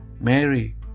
Mary